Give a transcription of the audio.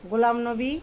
Ghulam Nabi